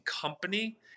company